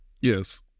Yes